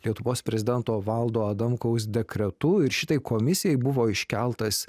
lietuvos prezidento valdo adamkaus dekretu ir šitai komisijai buvo iškeltas